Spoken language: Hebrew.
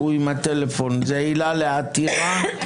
זו עילה לעתירה,